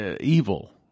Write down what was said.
evil